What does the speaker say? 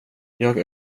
jag